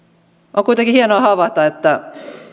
on kuitenkin hienoa havaita että